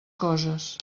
coses